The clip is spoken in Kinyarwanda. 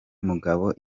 mugabo